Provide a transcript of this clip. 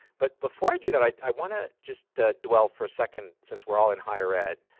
but before i do that, i want to just dwell for a second, since we're all in higher ed,